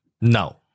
No